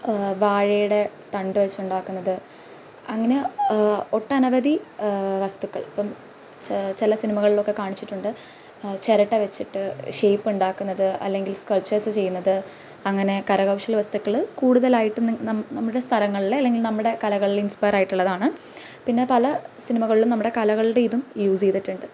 വാഴയുടെ തണ്ട് വച്ചുണ്ടാക്കുന്നത് അങ്ങനെ ഒട്ടനവധി വസ്തുക്കൾ ഇപ്പോള് ചില സിനിമകളിലൊക്കെ കാണിച്ചിട്ടുണ്ട് ചിരട്ട വച്ചിട്ട് ഷേയ്പ്പുണ്ടാക്കുന്നത് അല്ലെങ്കിൽ സ്കൾപ്ച്ചേഴ്സ് ചെയ്യുന്നത് അങ്ങനെ കരകൗശല വസ്തുക്കള് കൂടുതലായിട്ട് നമ്മുടെ സ്ഥലങ്ങളിലെ അല്ലെങ്കില് നമ്മുടെ കലകളില് ഇൻസ്പയറായിട്ടുള്ളതാണ് പിന്നെ പല സിനിമകളിലും നമ്മുടെ കലകളുടെ ഇതും യൂസെയ്തിട്ടുണ്ട്